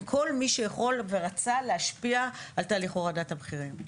עם כל מי שיכול ורצה להשפיע על תהליך הורדת המחירים.